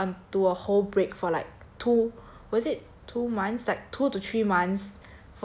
went on to a whole break for like two was it two months like two to three months